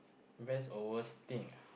best or worst thing ah